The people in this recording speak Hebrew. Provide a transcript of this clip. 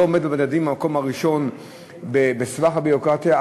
עומד במדדים במקום הראשון בסבך הביורוקרטיה,